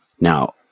Now